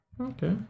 Okay